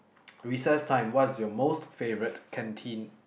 recess time what is your most favourite canteen